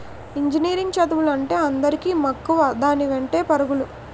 engineering చదువులంటే అందరికీ మక్కువ దాని వెంటే పరుగులు